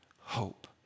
hope